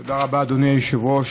תודה רבה, אדוני היושב-ראש.